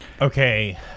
Okay